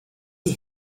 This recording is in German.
die